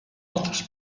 altres